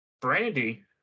Brandy